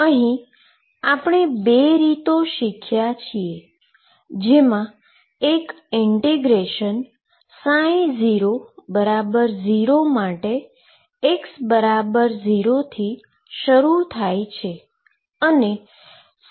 અહીં આપણે બે રીતો શીખ્યા જેમા એક ઈન્ટીગ્રેશન 00 માટે x0 થી શરૂ થાય છે